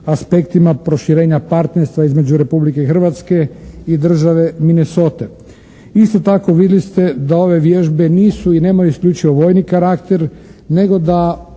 aspektima proširenja partnerstva između Republike Hrvatske i države Minesote. Isto tako, vidjeli ste da ove vježbe nisu i nemaju isključivo vojni karakter nego da